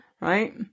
right